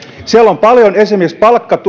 siellä on paljon esimerkiksi